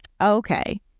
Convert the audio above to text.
okay